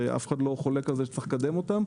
ואף אחד לא חולק על זה שצריך לקדם אותם,